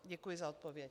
Děkuji za odpověď.